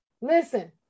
Listen